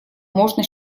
можно